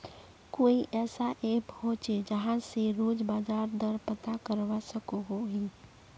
कोई ऐसा ऐप होचे जहा से रोज बाजार दर पता करवा सकोहो ही?